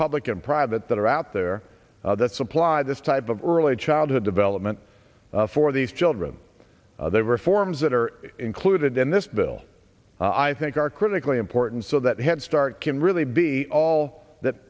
public and private that are out there that supply this type of early childhood development for these children there were forms that are included in this bill i think are critically important so that head start can really be all that